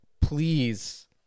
please